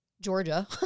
Georgia